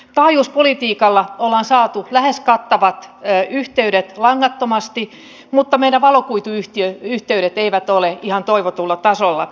taajuuspolitiikalla ollaan saatu lähes kattavat yhteydet langattomasti mutta meidän valokuituyhteydet eivät ole ihan toivotulla tasolla